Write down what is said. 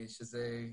שזה,